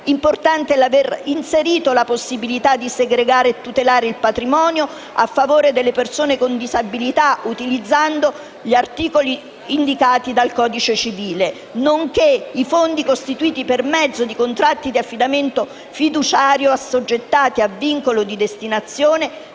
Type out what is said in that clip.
Importante è aver inserito la possibilità di segregare e tutelare il patrimonio a favore delle persone con disabilità, utilizzando gli articoli indicati dal codice civile, nonché i fondi costituiti per mezzo di contratti di affidamento fiduciario assoggettati a vincolo di destinazione